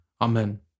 Amen